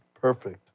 perfect